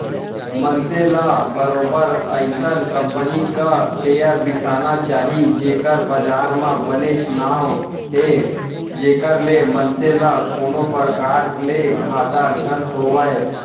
मनसे ल बरोबर अइसन कंपनी क सेयर बिसाना चाही जेखर बजार म बनेच नांव हे जेखर ले मनसे ल कोनो परकार ले घाटा झन होवय